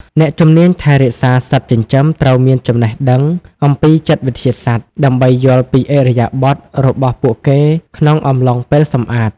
អ្នកជំនាញថែរក្សាសត្វចិញ្ចឹមត្រូវមានចំណេះដឹងអំពីចិត្តវិទ្យាសត្វ ដើម្បីយល់ពីឥរិយាបថរបស់ពួកគេក្នុងអំឡុងពេលសម្អាត។